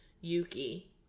Yuki